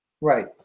Right